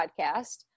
podcast